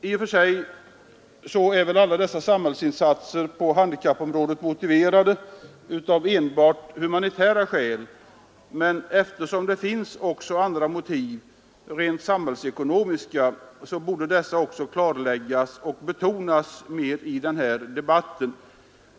I och för sig är alla samhällsinsatser på handikappområdet motiverade av enbart humanitära skäl, men eftersom det finns andra, rent samhällsekonomiska motiv, så bör också dessa klarläggas och mer betonas i debatten.